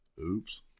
Oops